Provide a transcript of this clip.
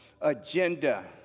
agenda